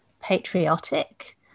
patriotic